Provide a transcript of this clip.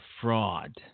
fraud